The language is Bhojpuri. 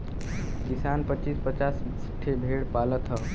किसान पचीस पचास ठे भेड़ पालत हौ